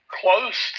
close